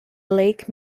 lake